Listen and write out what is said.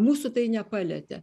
mūsų tai nepalietė